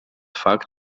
факт